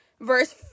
verse